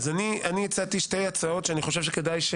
הצעתי שתי הצעות שאני חושב שכדאי,